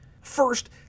First